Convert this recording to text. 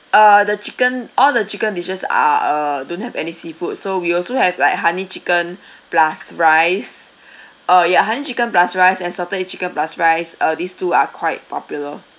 uh the chicken all the chicken dishes are uh don't have any seafood so we also have like honey chicken plus rice uh ya honey chicken plus rice and salted egg chicken plus rice uh these two are quite popular